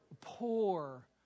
poor